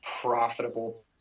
profitable